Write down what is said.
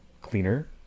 cleaner